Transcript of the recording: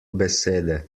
besede